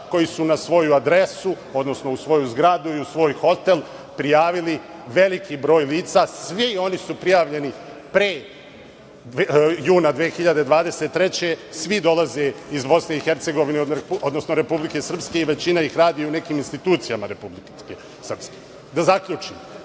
koji su na svoju adresu, odnosno u svoju zgradu i u svoj hotel prijavili veliki broj lica. Svi oni su prijavljeni pre juna 2023. godine, svi dolaze iz BiH, odnosno Republike Srpske i većina ih radi u nekim institucijama Republike Srpske. Da zaključim,